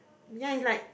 ya it's like